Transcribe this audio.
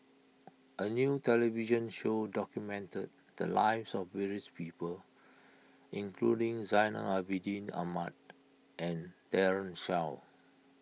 a new television show documented the lives of various people including Zainal Abidin Ahmad and Daren Shiau